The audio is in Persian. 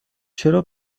چرا